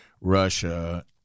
Russia